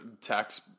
tax